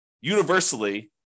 universally